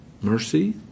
mercy